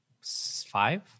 five